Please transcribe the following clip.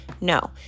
No